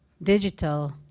digital